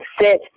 sit